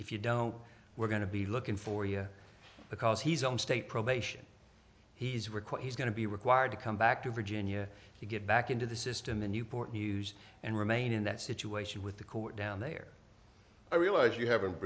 if you don't we're going to be looking for you because he's on state probation he's required he's going to be required to come back to virginia to get back into the system the newport news and remain in that situation with the court down there i realize you haven't